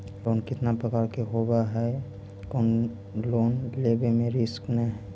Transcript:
Loan कितना प्रकार के होबा है कोन लोन लेब में रिस्क न है?